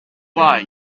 why